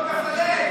לך.